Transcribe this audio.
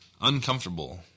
Uncomfortable